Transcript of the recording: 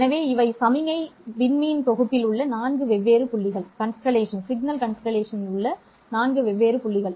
எனவே இவை சமிக்ஞை விண்மீன் தொகுப்பில் உள்ள நான்கு வெவ்வேறு புள்ளிகள்